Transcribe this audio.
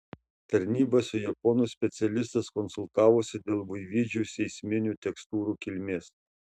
tarnyba su japonų specialistais konsultavosi dėl buivydžių seisminių tekstūrų kilmės